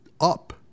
up